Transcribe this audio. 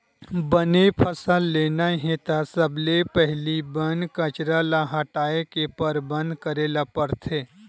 बने फसल लेना हे त सबले पहिली बन कचरा ल हटाए के परबंध करे ल परथे